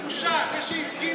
בושה.